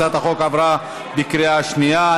הצעת החוק עברה בקריאה שנייה.